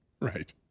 Right